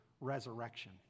resurrection